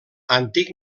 antic